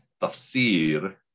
tafsir